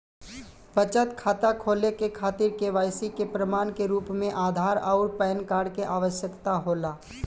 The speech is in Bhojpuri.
बचत खाता खोले के खातिर केवाइसी के प्रमाण के रूप में आधार आउर पैन कार्ड के आवश्यकता होला